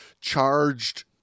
charged